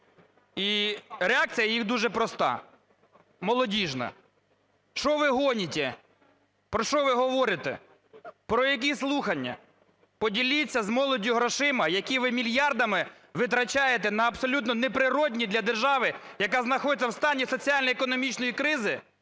І реакція їх дуже проста, молодіжна: шо ви гонітє? Про що ви говорите? Про які слухання? Поділіться з молоддю грошима, які ви мільярдами витрачаєте на абсолютно неприродні для держави, яка знаходиться в стані соціально-економічної кризи